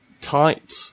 tight